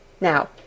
Now